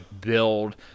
build